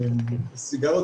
סיגריות